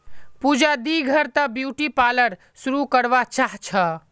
पूजा दी घर त ब्यूटी पार्लर शुरू करवा चाह छ